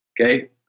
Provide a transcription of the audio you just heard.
okay